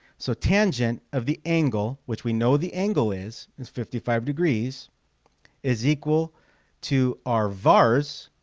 so tangent of the angle, which we know the angle is is fifty five degrees is equal to our vars